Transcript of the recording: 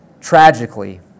Tragically